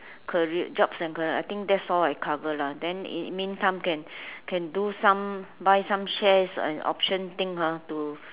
career jobs and career I think that's all I cover lah then in meantime can can do some buy some shares and option thing ha to